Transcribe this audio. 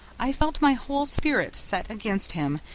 i felt my whole spirit set against him,